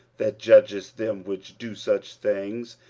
that judgest them which do such things,